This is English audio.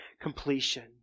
completion